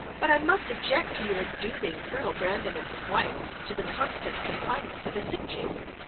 but i must object to your dooming colonel brandon and his wife to the constant confinement of a sick chamber,